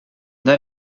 then